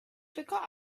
forgot